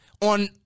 on